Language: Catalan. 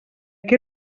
que